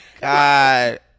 God